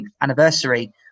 anniversary